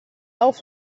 auf